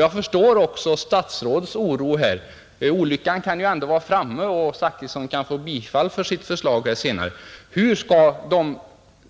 Jag förstår också statsrådets oro här. Olyckan kan ändå vara framme, och herr Zachrisson kan få bifall till förslaget. Hur skall de